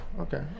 Okay